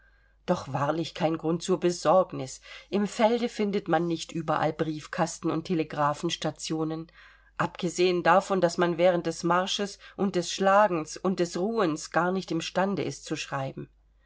doch wahrlich kein grund zur besorgnis im felde findet man nicht überall briefkasten und telegraphenstationen abgesehen davon daß man während des marsches und des schlagens und des ruhens gar nicht im stande ist zu schreiben